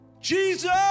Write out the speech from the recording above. Jesus